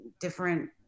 different